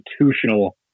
institutional